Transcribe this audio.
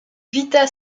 vita